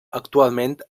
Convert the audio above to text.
actualment